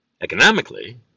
Economically